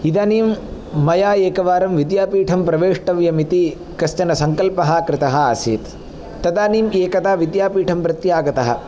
इदानीं मया एकवारं विद्यापीठं प्रवेष्टव्यम् इति कश्चन सङ्कल्पः कृतः आसीत् तदानीं एकदा विद्यापीठं प्रत्यागतः